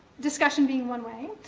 discussion being one way,